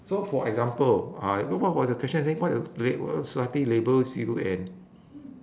so for example uh wh~ what was the question again what labels society labels you and